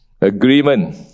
agreement